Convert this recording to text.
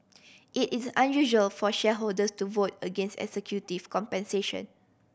it is unusual for shareholders to vote against executive compensation